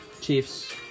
Chiefs